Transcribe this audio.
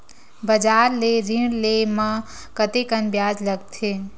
बजार ले ऋण ले म कतेकन ब्याज लगथे?